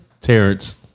Terrence